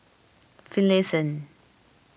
Finlayson